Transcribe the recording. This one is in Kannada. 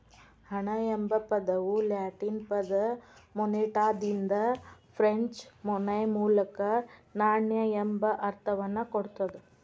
ಹಣ ಎಂಬ ಪದವು ಲ್ಯಾಟಿನ್ ಪದ ಮೊನೆಟಾದಿಂದ ಫ್ರೆಂಚ್ ಮೊನೈ ಮೂಲಕ ನಾಣ್ಯ ಎಂಬ ಅರ್ಥವನ್ನ ಕೊಡ್ತದ